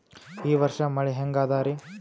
ಈ ವರ್ಷ ಮಳಿ ಹೆಂಗ ಅದಾರಿ?